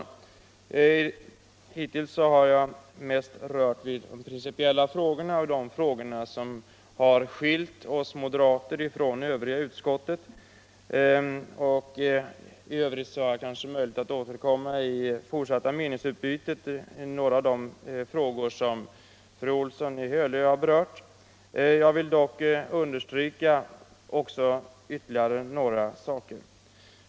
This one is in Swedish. Jag har hittills huvudsakligen uppehållit mig vid de principiella frågorna och sådana frågor som skiljer oss moderater från utskottet i övrigt, och jag får kanske i det fortsatta meningsutbytet också tillfälle att återkomma i de frågor som fru Olsson i Hölö här var inne på. Innan jag slutar vill jag emellertid understryka några andra saker.